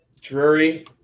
Drury